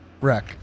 Wreck